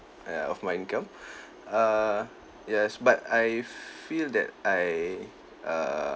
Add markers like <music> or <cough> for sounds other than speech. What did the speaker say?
yeah of my income <breath> err yes but I feel that I err